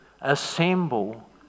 assemble